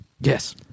yes